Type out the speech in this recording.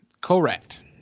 Correct